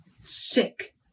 Sick